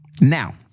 Now